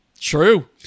true